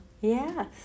Yes